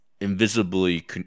invisibly